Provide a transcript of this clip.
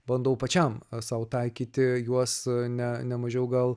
bandau pačiam sau taikyti juos ne ne mažiau gal